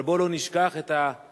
אבל בואו לא נשכח את האדישות